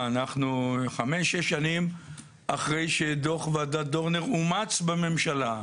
אנחנו חמש-שש שנים אחרי שדוח ועדת דורנר אומץ בממשלה.